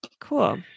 Cool